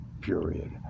Period